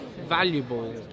valuable